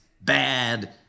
bad